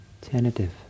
tentative